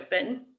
open